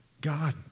God